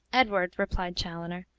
edward, replied chaloner,